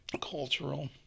cultural